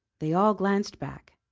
they all glanced back.